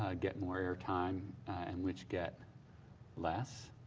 ah get more airtime and which get less.